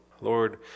Lord